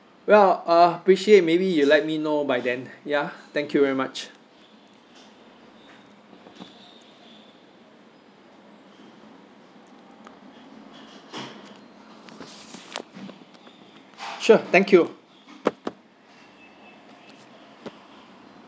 well uh appreciate maybe you let me know by then ya thank you very much sure thank you